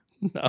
No